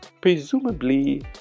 presumably